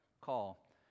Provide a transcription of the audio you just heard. call